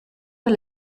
per